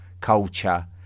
culture